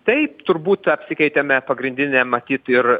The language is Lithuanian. taip turbūt apsikeitėme pagrindinėm matyt ir